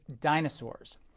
dinosaurs